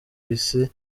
isi